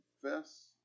confess